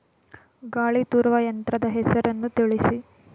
ಗಾಳಿ ತೂರುವ ಯಂತ್ರದ ಹೆಸರನ್ನು ತಿಳಿಸಿ?